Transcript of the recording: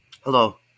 Hello